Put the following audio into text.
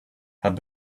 had